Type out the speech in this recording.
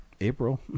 April